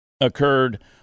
occurred